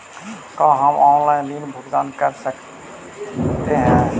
का हम आनलाइन ऋण भुगतान कर सकते हैं?